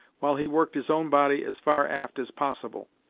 while he worked his own body as far aft as possible.